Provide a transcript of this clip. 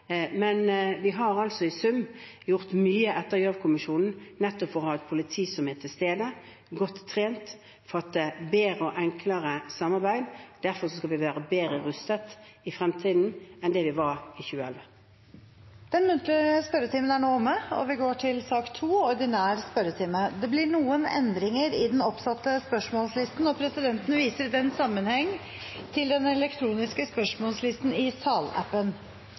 i sum har vi gjort mye etter Gjørv-kommisjonen nettopp for å ha et politi som er til stede, godt trent, og få et bedre og enklere samarbeid. Derfor skal vi være bedre rustet i fremtiden enn det vi var i 2011. Den muntlige spørretimen er nå omme, og vi går til den ordinære spørretimen. Det blir noen endringer i den oppsatte spørsmålslisten, og presidenten viser i den sammenheng til den elektroniske spørsmålslisten i salappen.